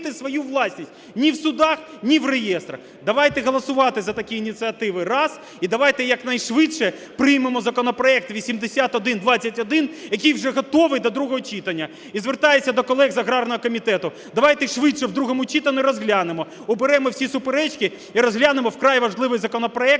ні в судах, ні в реєстрах? Давайте голосувати за такі ініціативи. Раз. І давайте якнайшвидше приймемо законопроект 8121, який вже готовий до другого читання. І звертаюся до колег з аграрного комітету: давайте швидше в другому читанні розглянемо, уберемо всі суперечки і розглянемо вкрай важливий законопроект